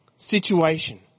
Situation